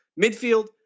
Midfield